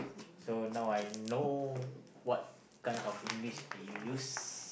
so now I know what kind of English do you use